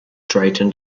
drayton